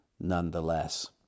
nonetheless